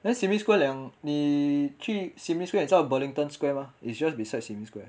then sim lim square 了你去 sim lim square 你知道 burlington square mah it's just beside sim lim square